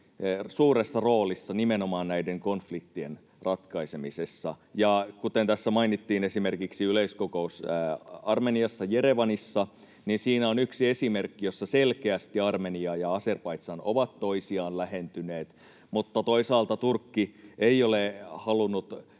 suuressa roolissa nimenomaan näiden konfliktien ratkaisemisessa. Kuten tässä mainittiin, esimerkiksi yleiskokous Armeniassa, Jerevanissa on yksi esimerkki, jossa selkeästi Armenia ja Azerbaidžan ovat toisiaan lähentyneet, mutta toisaalta Turkki ei ole halunnut